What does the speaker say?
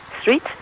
street